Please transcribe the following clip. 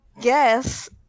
guess